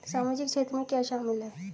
सामाजिक क्षेत्र में क्या शामिल है?